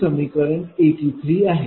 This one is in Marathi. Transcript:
हे समीकरण 83 आहे